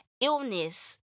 illness